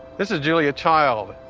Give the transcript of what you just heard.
this is julia child.